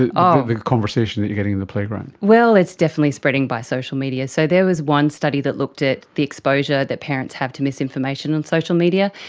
the um the conversation that you're getting in the playground. well, it's definitely spreading by social media. so there was one study that looked at the exposure that parents have to misinformation on social media,